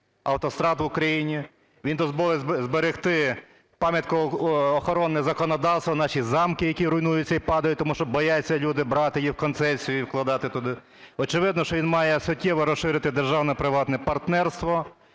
автострад в Україні. Він дозволить зберегти пам'ятки охорони законодавства: наші замки, які руйнуються і падають, тому що бояться люди брати їх в концесію і вкладати туди. Очевидно, що він має суттєво розширити державно-приватне партнерство